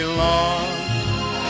long